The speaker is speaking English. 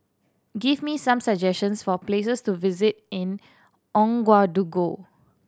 give me some suggestions for places to visit in Ouagadougou